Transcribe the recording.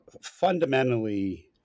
fundamentally